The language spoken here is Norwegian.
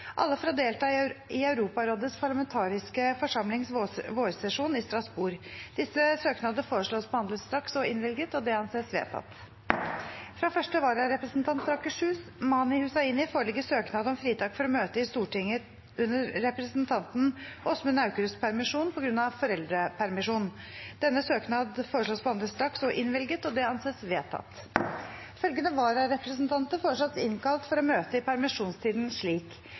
alle for å delta i Europarådets parlamentariske forsamlings vårsesjon i Strasbourg Disse søknader foreslås behandlet straks og innvilget. – Det anses vedtatt. Fra første vararepresentant for Akershus, Mani Hussaini , foreligger søknad om fritak for å møte i Stortinget under representanten Åsmund Aukrusts permisjon på grunn av foreldrepermisjon. Etter forslag fra presidenten ble enstemmig besluttet: Søknaden behandles straks og innvilges. Følgende vararepresentanter innkalles for å møte i permisjonstiden slik: